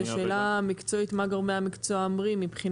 זו שאלה מקצועית מה גורמי המקצוע אומרים.